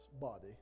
body